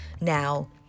now